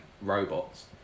robots